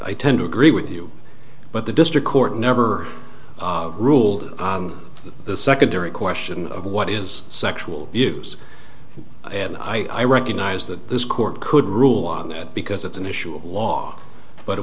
i tend to agree with you but the district court never ruled that the secondary question of what is sexual abuse and i recognize that this court could rule on that because it's an issue of law but it